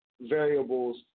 variables